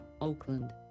Oakland